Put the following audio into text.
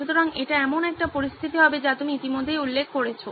সুতরাং এটি এমন একটি পরিস্থিতি হবে যা তুমি ইতিমধ্যেই উল্লেখ করেছো